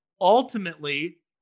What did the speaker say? ultimately